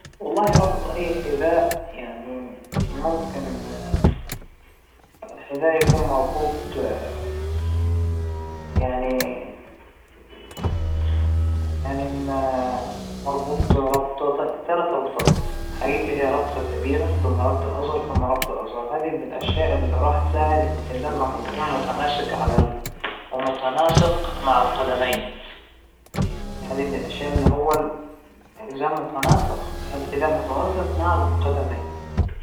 أول شى بتلبس الحذاء، بعدين بتسوى عقدة صغيرة بالرباط تبعوا، بحيث إنه يكون مناسب على قياس رجلك أهم شى مو بضاغط عليها، أو إنه مرخى بالمرة من عليها، ظبط مقاس رجلك وتسوى عقدة، وتسوى بعدها هذا الشكل اللى بيحكوله ربطة صغيرة بس.